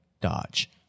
Dodge